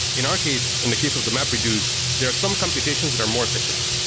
in our case, in the case of the mapreduce, there are some computations that are more efficient.